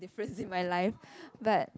first in my life but